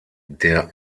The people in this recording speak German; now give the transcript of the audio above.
der